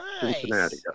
Cincinnati